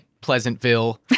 Pleasantville